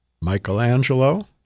Michelangelo